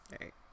Right